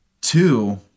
Two